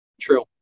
True